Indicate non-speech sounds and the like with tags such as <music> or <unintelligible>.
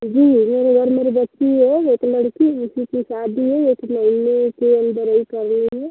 जी मेरे घर मेरी बच्ची है एक लड़की है उसी की शादी है एक महीने के अंदर <unintelligible>